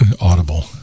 audible